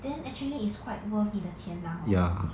then actually is quite worth 你的钱啦 hor